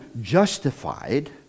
justified